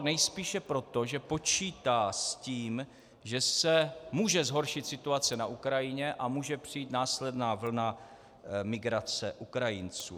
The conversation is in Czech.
Polsko vycouvalo nejspíše proto, že počítá s tím, že se může zhoršit situace na Ukrajině a může přijít následná vlna migrace Ukrajinců.